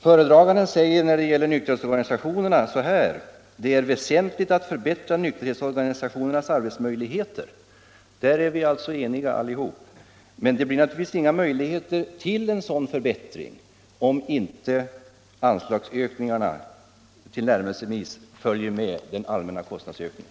Föredraganden anser att det är väsentligt att förbättra nykterhetsorganisationernas arbetsmöjligheter. Där är vi alltså alla eniga. Men det blir givetvis inga möjligheter för en sådan förbättring, om inte anslagsökningarna tillnärmelsevis följer med den allmänna kostnadsökningen.